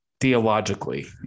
theologically